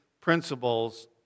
principles